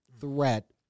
threat